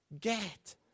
get